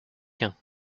quint